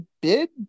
bid